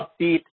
upbeat